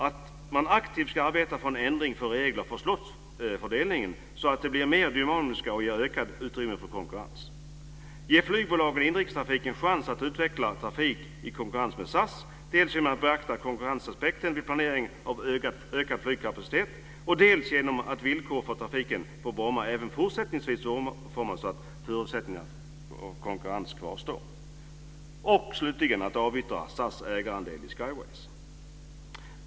att man aktivt ska arbeta för en ändring av reglerna för slots-fördelning så att de blir mer dynamiska och ger ökat utrymme för konkurrens, ? att man ska ge flygbolag i inrikestrafiken chans att utveckla trafik i konkurrens med SAS, dels genom att beakta konkurrensaspekten vid planering av ökad flygkapacitet, dels genom att villkor för trafiken på Bromma även fortsättningsvis utformas så att förutsättningarna för konkurrens kvarstår och slutligen ? att avyttra SAS ägarandel i Skyways.